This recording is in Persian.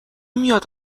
میاد